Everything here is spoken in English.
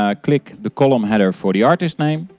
um click the column header for the artist name.